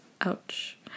ouch